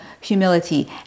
Humility